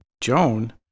Joan